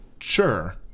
Sure